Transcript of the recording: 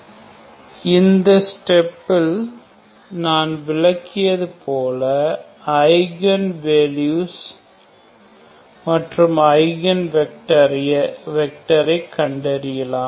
அந்த ஸ்டெப்பில் நான் விளக்கியது போல ஐகன் வேல்யூஸ் மற்றும் ஐகன் வெக்டரை கண்டறியலாம்